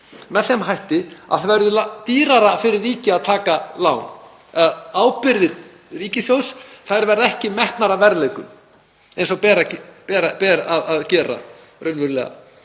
með þeim hætti að það verður dýrara fyrir ríkið að taka lán. Ábyrgðir ríkissjóðs verða ekki metnar að verðleikum eins og ber að gera raunverulega.